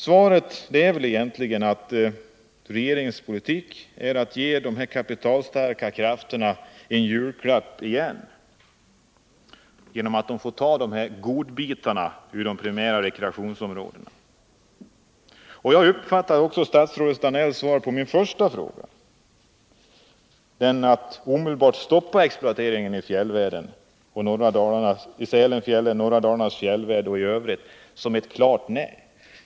Svaret innebär väl egentligen att regeringens politik är att ge de kapitalstarka personerna ytterligare den julklappen att de får ta godbitarna i dessa primära rekreationsområden. Jag uppfattar statsrådet Danells svar på min första fråga, dvs. om regeringen är beredd att omedelbart stoppa exploateringen i Sälenfjällen, i norra Dalarnas fjällvärld och i övriga fjällområden i vårt land, som ett klart nej.